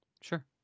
Sure